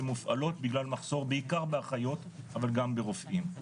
מופעלות בגלל מחסור בעיקר באחיות אבל גם ברופאים.